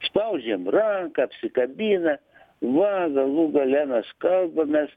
spaudžiam ranką apsikabina va galų gale mes kalbamės